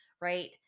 right